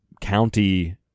county